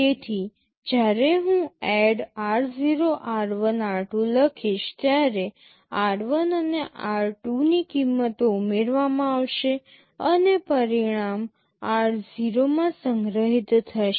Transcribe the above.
તેથી જ્યારે હું ADD r0 r1 r2 લખીશ ત્યારે r1 અને r2 ની કિંમતો ઉમેરવામાં આવશે અને પરિણામ r0 માં સંગ્રહિત થશે